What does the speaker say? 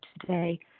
today